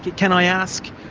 can i ask,